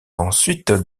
ensuite